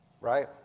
right